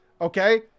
Okay